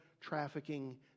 trafficking